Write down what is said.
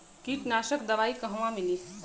कीटनाशक दवाई कहवा मिली?